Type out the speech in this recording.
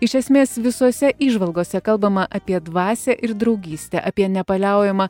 iš esmės visose įžvalgose kalbama apie dvasią ir draugystę apie nepaliaujamą